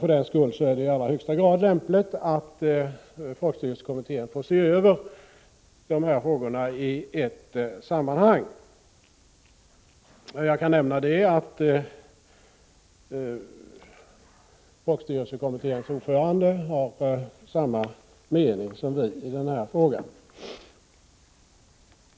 För den skull är det i allra högsta grad lämpligt att folkstyrelsekommittén får se över de här frågorna i ett sammanhang. Jag kan nämna att folkstyrelsekommitténs ordförande har samma mening som vi i den här frågan.